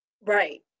right